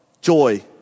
joy